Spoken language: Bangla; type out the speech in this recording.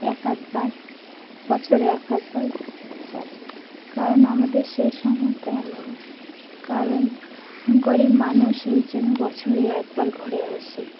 এক আধবার বছরে এক আধবার ঘুরতে যাই কারণ আমাদের সেই সমর্থনা নেই কারণ গরিব মানুষ এই জন্য বছরে একবার ঘুরে আসে